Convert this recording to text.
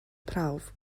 prawf